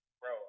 Bro